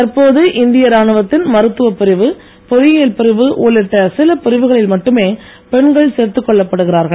தற்போது இந்திய ராணுவத்தின் மருத்துவப் பிரிவு பொறியியல் பிரிவு உள்ளிட்ட சிலப் பிரிவுகளில் மட்டுமே பெண்கள் கொள்ளப்படுகிறார்கள்